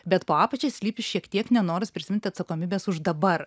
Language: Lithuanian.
bet po apačia slypi šiek tiek nenoras prisiimt atsakomybės už dabar